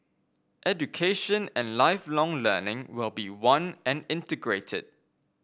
education and Lifelong Learning will be one and integrated